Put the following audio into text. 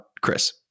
Chris